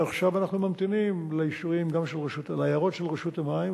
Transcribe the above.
עכשיו אנחנו ממתינים לאישורים וגם להערות של רשות המים,